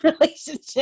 relationship